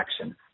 action